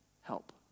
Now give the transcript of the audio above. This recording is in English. help